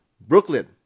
Brooklyn